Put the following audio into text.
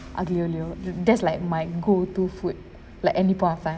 aglio olio that's like my go to food like any point of time